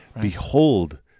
Behold